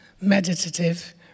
meditative